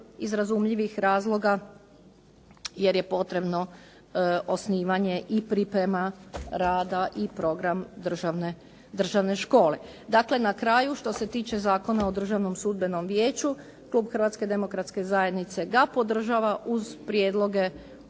iz razumljivih razloga jer je potrebno osnivanje i priprema rada i program državne škole. Dakle, na kraju, što se tiče Zakona o državnom sudbenom vijeću klub Hrvatske Demokratske Zajednice ga podržava uz prijedloge